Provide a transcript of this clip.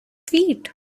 feet